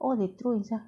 oh they throw inside